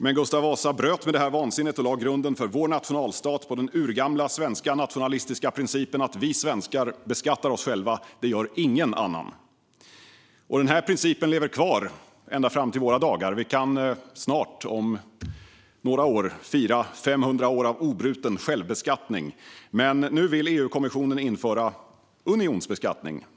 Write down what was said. Men Gustav Vasa bröt med detta vansinne och lade grunden för vår nationalstat på den urgamla svenska nationalistiska principen att vi svenskar beskattar oss själva. Det gör ingen annan. Denna princip lever kvar ända fram till våra dagar. Vi kan snart, om några år, fira 500 år av obruten självbeskattning. Men nu vill EU-kommissionen införa unionsbeskattning.